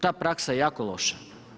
Ta praksa je jako loša.